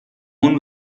اون